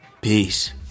peace